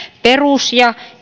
perus ja